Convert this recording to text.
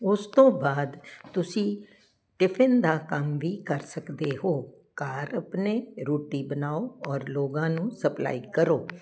ਉਸ ਤੋਂ ਬਾਅਦ ਤੁਸੀਂ ਟਿਫਨ ਦਾ ਕੰਮ ਵੀ ਕਰ ਸਕਦੇ ਹੋ ਘਰ ਆਪਣੇ ਰੋਟੀ ਬਣਾਓ ਔਰ ਲੋਕਾਂ ਨੂੰ ਸਪਲਾਈ ਕਰੋ